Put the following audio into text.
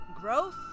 growth